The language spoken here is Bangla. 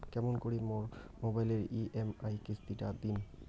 কেমন করি মোর মোবাইলের ই.এম.আই কিস্তি টা দিম?